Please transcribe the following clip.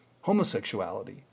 homosexuality